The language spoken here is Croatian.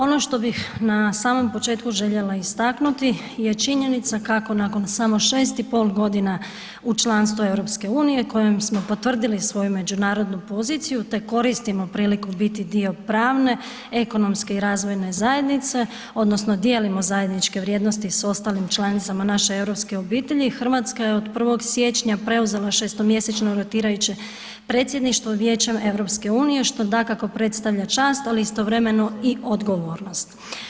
Ono što bih na samom početku željela istaknuti je činjenica kako nakon samo 6,5 godina u članstvu EU kojim smo potvrdili svoju međunarodnu poziciju te koristimo priliku biti dio pravne, ekonomske i razvojne zajednice odnosno dijelimo zajedničke vrijednosti s ostalim članicama naše europske obitelji, Hrvatska je od 1. siječnja preuzela šestomjesečno rotirajuće predsjedništvo Vijećem EU što dakako predstavlja čast, ali istovremeno i odgovornost.